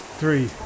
three